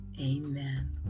Amen